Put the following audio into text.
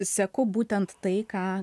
seku būtent tai ką